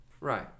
Right